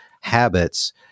habits